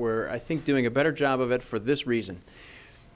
were i think doing a better job of it for this reason